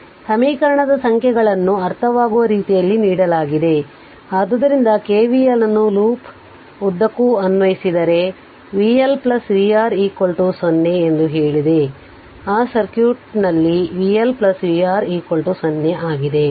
ಆದ್ದರಿಂದ ಸಮೀಕರಣದ ಸಂಖ್ಯೆಗಳನ್ನು ಅರ್ಥವಾಗುವ ರೀತಿಯಲ್ಲಿ ನೀಡಲಾಗಿದೆ ಆದ್ದರಿಂದ KVL ಅನ್ನು ಲೂಪ್ನ ಉದ್ದಕ್ಕೂ ಅನ್ವಯಿಸಿದರೆ vL vR 0 ಎಂದು ಹೇಳಿದೆ ಆ ಸರ್ಕ್ಯೂಟ್ನಲ್ಲಿ ಇಲ್ಲಿ vL vR 0